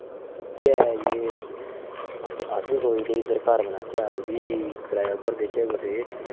इ'यै ऐ कि अस बी सोचदे कि घर बनाचै इद्धर बी ते कराया उप्पर देचै कुसे